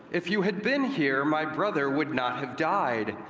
if you had been here, my brother would not have died.